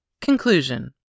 Conclusion